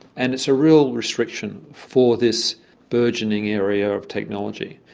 and it's a real restriction for this burgeoning area of technology.